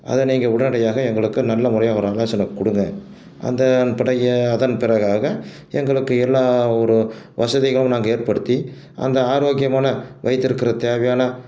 அதை நீங்கள் உடனடியாக எங்களுக்கு நல்ல முறையாக ஒரு ஆலோசனை கொடுங்க அந்த அன்பிடகிய அதன் பிறகாக எங்களுக்கு எல்லாம் ஒரு வசதிகளும் நாங்கள் ஏற்படுத்தி அந்த ஆரோக்கியமான வைத்திருக்கிறது தேவையான